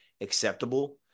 acceptable